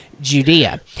Judea